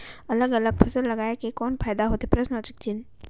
अलग अलग फसल लगाय ले कौन फायदा होथे?